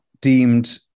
deemed